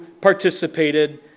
participated